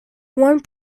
one